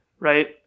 right